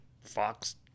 Fox